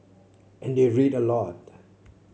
and they read a lot